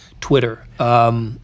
Twitter